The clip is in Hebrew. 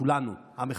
כולנו עם אחד.